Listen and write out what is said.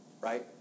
Right